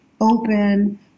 open